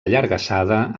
allargassada